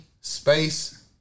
Space